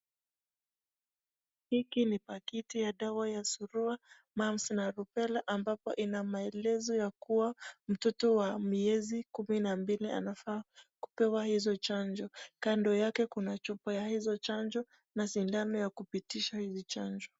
Hiki ni pakiti ya dawa ya surua, mumps na rubela ambapo iko na maelezo ya kuwa mtoto wa miezi kumi na mbili anafaa kupewa hizo chanjo. Kando yake kuna chupa ya hiyo chanjo na sindano ya kupitisha hizi chanjo.